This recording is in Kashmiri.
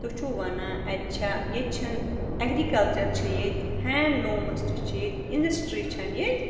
تُہۍ چھُو وَنان اَتہِ چھےٚ ییٚتہِ چھَنہٕ اٮ۪گرِکَلچَر چھِ ییٚتہِ ہینٛڈلوٗمٕز تہِ چھِ ییٚتہِ اِنٛڈَسٹرٛی چھَنہٕ ییٚتہِ